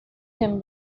him